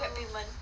Grab payment